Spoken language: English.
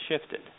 shifted